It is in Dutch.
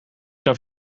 naar